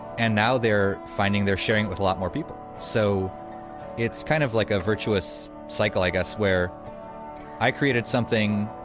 and now they're finding they're sharing it with a lot more people. so it's kind of like a virtuous cycle, i guess, where i created something,